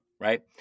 right